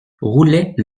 roulaient